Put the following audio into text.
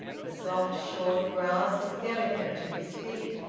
the soft short grass was delicate to his feet,